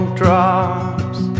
drops